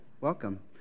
welcome